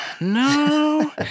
No